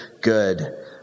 good